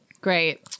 great